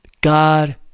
God